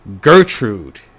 Gertrude